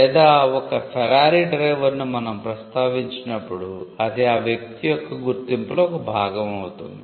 లేదా ఒక ఫెరారీ డ్రైవర్ను మనం ప్రస్తావించినప్పుడు అది ఆ వ్యక్తి యొక్క గుర్తింపులో ఒక భాగం అవుతుంది